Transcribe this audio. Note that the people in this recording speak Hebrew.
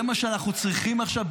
זה מה שאנחנו צריכים עכשיו?